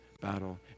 battle